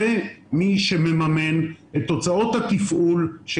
אלה מי שמממנים את הוצאות התפעול של